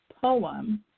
poem